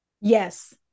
Yes